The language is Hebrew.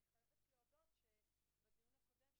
אני חייבת להודות שבדיון הקודם,